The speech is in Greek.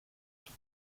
του